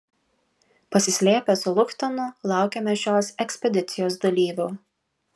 pasislėpę su luchtanu laukėme šios ekspedicijos dalyvių